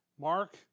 Mark